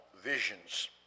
visions